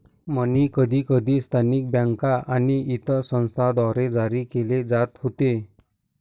मनी कधीकधी स्थानिक बँका आणि इतर संस्थांद्वारे जारी केले जात होते